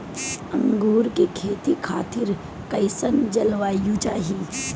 अंगूर के खेती खातिर कइसन जलवायु चाही?